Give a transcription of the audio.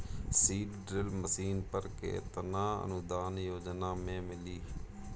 Seed drill machine पर केतना अनुदान योजना में मिली?